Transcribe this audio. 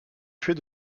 fait